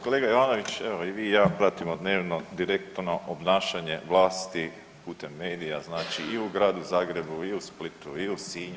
Kolega Ivanović evo i vi i ja pratimo dnevno direktno obnašanje vlasti putem medija znači i u Gradu Zagrebu, i u Splitu, i u Sinju.